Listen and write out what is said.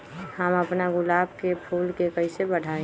हम अपना गुलाब के फूल के कईसे बढ़ाई?